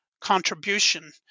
contribution